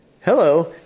Hello